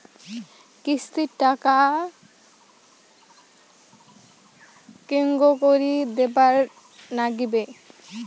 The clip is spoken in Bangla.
কিস্তির টাকা কেঙ্গকরি দিবার নাগীবে?